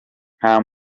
nta